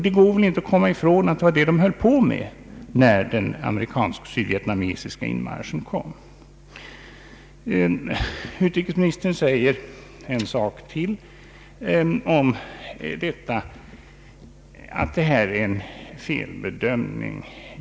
Det går väl inte att komma ifrån att ett kommunistiskt övertagande var vad som höll på att ske när den amerikansk-sydvietnamesiska inmarschen kom. Utrikesministern säger att inmarschen är en felbedömning.